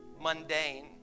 mundane